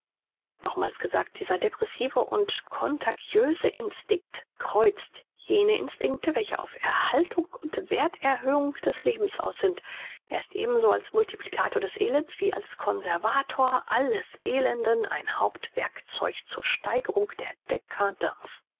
nochmals gesagt dieser depressive und contagiöse instinkt kreuzt jene instinkte welche auf erhaltung und werth erhöhung des lebens aus sind er ist ebenso als multiplikator des elends wie als conservator alles elenden ein hauptwerkzeug zur steigerung der